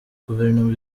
guverinoma